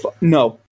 no